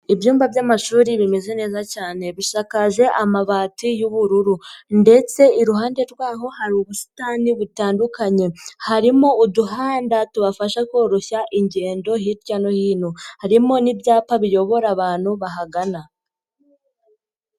Ibyumba by'amashuri bimeze neza cyane bisakaje amabati y'ubururu ndetse iruhande rwaho hari ubusitani butandukanye harimo uduhanda tubafasha koroshya ingendo hirya no hino harimo n'ibyapa biyobora abantu bahagana.